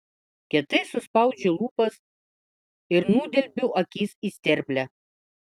kietai suspaudžiu lūpas ir nudelbiu akis į sterblę